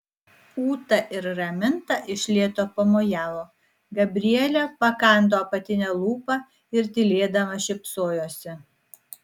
ūta ir raminta iš lėto pamojavo gabrielė pakando apatinę lūpą ir tylėdama šypsojosi